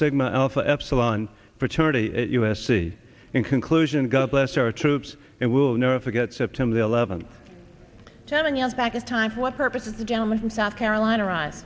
sigma alpha epsilon fraternity at u s c in conclusion god bless our troops and will never forget september eleventh turning us back a time to what purpose is the gentleman from south carolina right